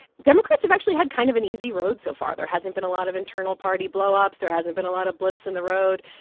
democrats have actually had kind of an easy road so far. there hasn't been a lot of internal party blow-ups. there hasn't been a lot of blips in the road.